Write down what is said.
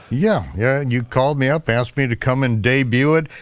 yeah, yeah, you called me up, asked me to come and debut it.